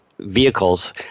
Vehicles